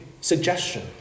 suggestion